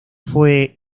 fue